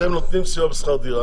אתם נותנים סיוע בשכר דירה,